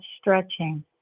stretching